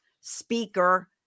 speaker